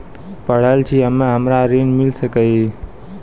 पढल छी हम्मे हमरा ऋण मिल सकई?